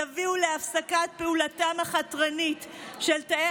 יביאו להפסקת פעולתם החתרנית של תאי